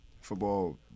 football